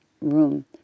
room